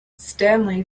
stanley